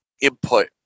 input